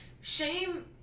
Shame